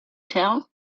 tell